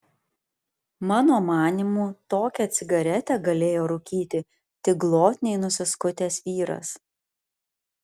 mano manymu tokią cigaretę galėjo rūkyti tik glotniai nusiskutęs vyras